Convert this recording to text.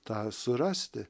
tą surasti